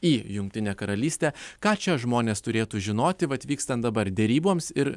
į jungtinę karalystę ką čia žmonės turėtų žinoti vat vykstant dabar deryboms ir